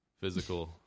physical